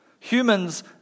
Humans